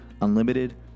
unlimited